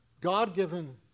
God-given